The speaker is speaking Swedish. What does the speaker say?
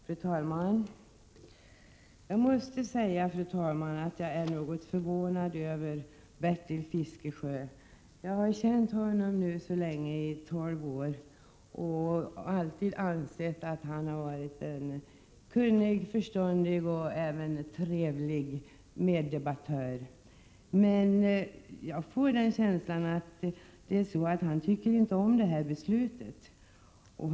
Fru talman! Jag måste säga att jag är något förvånad över Bertil Fiskesjö. Jag har känt honom i tolv år nu och alltid ansett att han varit en kunnig, förståndig och även trevlig meddebattör, men nu får jag känslan att det är så att han inte tycker om det här beslutet.